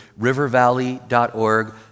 rivervalley.org